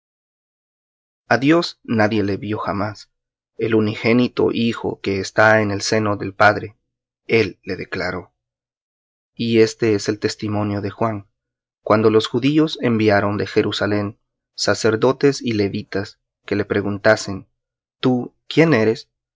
dios nadie le vió jamás el unigénito hijo que está en el seno del padre él declaró y éste es el testimonio de juan cuando los judíos enviaron de jerusalem sacerdotes y levitas que le preguntasen tú quién eres